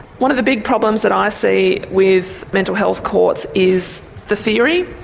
one of the big problems that i see with mental health courts is the theory.